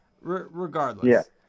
regardless